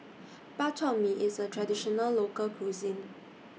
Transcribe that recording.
Bak Chor Mee IS A Traditional Local Cuisine